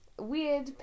weird